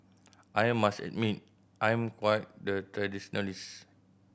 I must admit I'm quite the traditionalist